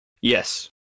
Yes